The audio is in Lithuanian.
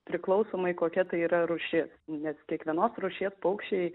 priklausomai kokia tai yra rūšis nes kiekvienos rūšies paukščiai